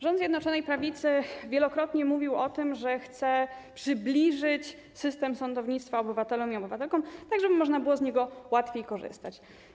Rząd Zjednoczonej Prawicy wielokrotnie mówił o tym, że chce przybliżyć system sądownictwa obywatelom i obywatelkom tak, żeby można było z niego łatwiej korzystać.